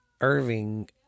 Irving